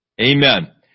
Amen